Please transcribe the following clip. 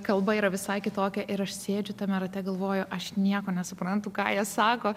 kalba yra visai kitokia ir aš sėdžiu tame rate galvoju aš nieko nesuprantu ką jie sako